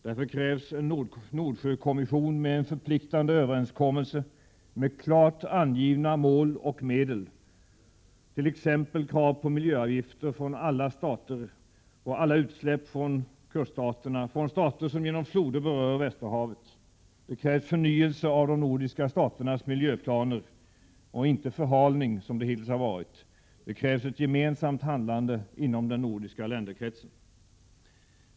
Därför krävs en Nordsjökommission med en förpliktande överenskommelse med klart angivna mål och medel, t.ex. krav på miljöavgifter på alla utsläpp från alla kuststater, från stater som genom floder berör Västerhavet. Det krävs förnyelse av de nordiska staternas miljöplaner, och inte förhalning som det hittills varit, samt gemensamt handlande inom den nordiska länderkretsen.